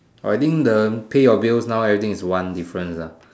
I think the pay your bills now everything is one difference lah